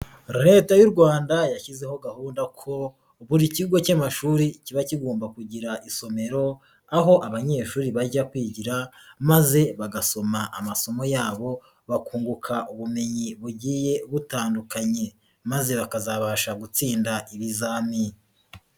Leta y'u Rwanda yashyizeho gahunda ko buri kigo cy'amashuri kiba kigomba kugira isomero aho abanyeshuri bajya kwigira maze bagasoma amasomo yabo bakunguka ubumenyi bugiye butandukanye maze bakazabasha gutsinda ibizamini.